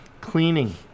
Cleaning